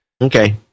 Okay